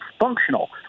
functional